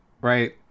right